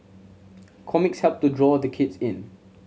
comics help to draw the kids in